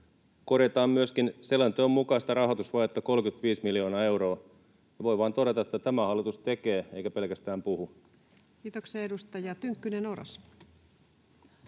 korjataan myöskin selonteon mukaista rahoitusvajetta 35 miljoonaa euroa. Voi vain todeta, että tämä hallitus tekee, eikä pelkästään puhu. [Speech 347] Speaker: